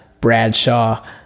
Bradshaw